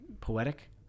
poetic